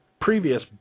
previous